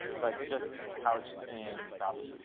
but just couched in zombies.